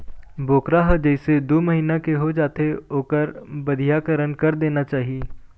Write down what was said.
बोकरा ह जइसे दू महिना के हो जाथे ओखर बधियाकरन कर देना चाही